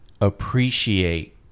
appreciate